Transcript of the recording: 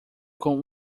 com